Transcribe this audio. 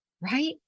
Right